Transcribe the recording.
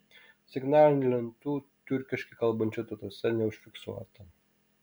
signalinių lentų tiurkiškai kalbančiose tautose neužfiksuota